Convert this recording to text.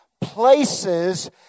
Places